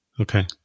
Okay